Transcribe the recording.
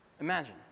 Imagine